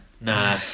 nah